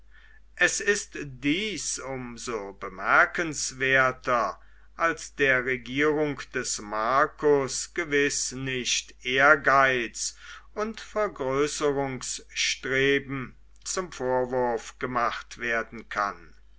es ist dies um so bemerkenswerter als der regierung des marcus gewiß nicht ehrgeiz und vergrößerungsstreben zum vorwurf gemacht werden kann